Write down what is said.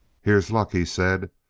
here's luck, he said.